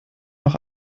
noch